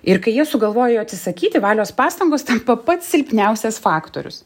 ir kai jie sugalvojo atsisakyti valios pastangos tampa pats silpniausias faktorius